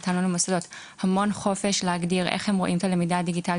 נתנו למוסדות המון חופש להגדיר איך הם רואים את הלמידה הדיגיטלית